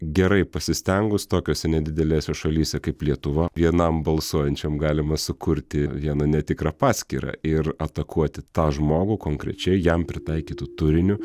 gerai pasistengus tokiose nedidelėse šalyse kaip lietuva vienam balsuojančiam galima sukurti vieną netikrą paskyrą ir atakuoti tą žmogų konkrečiai jam pritaikytu turiniu